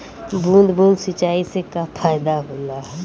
बूंद बूंद सिंचाई से का फायदा होला?